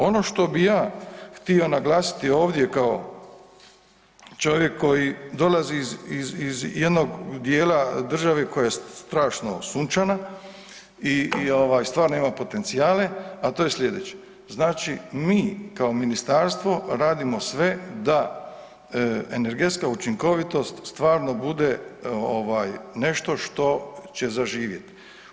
Ono što bi ja htio naglasiti ovdje kao čovjek koji dolazi iz jednog dijela države koja je strašno sunčana i stvarno ima potencijale, a to je sljedeće, znači mi kao ministarstvo radimo sve da energetska učinkovitost stvarno bude nešto što će zaživjet.